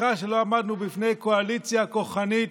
סליחה שלא עמדנו בפני קואליציה כוחנית,